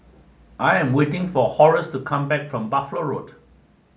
I am waiting for Horace to come back from Buffalo Road